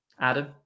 Adam